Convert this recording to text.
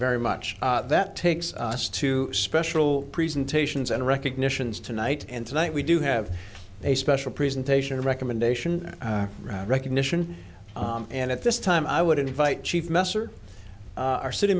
very much that takes us to special presentations and recognitions tonight and tonight we do have a special presentation of recommendation recognition and at this time i would invite chief messer our city